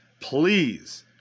Please